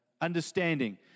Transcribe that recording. understanding